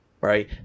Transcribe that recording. right